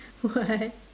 why